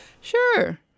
Sure